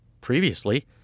previously